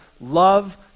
love